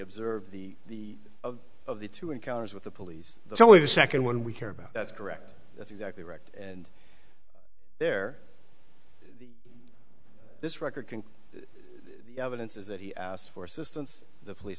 observed the of the two encounters with the police the only second one we care about that's correct that's exactly right and there this record the evidence is that he asked for assistance the police